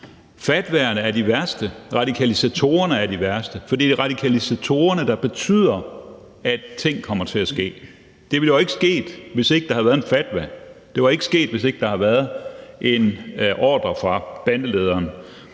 Fatwaerne er de værste, radikalisatorerne er de værste, for det er radikalisatorerne, der betyder, at ting kommer til at ske. Det var ikke sket, hvis ikke der havde været en fatwa, det var ikke sket, hvis ikke der havde været en ordre fra bandelederen,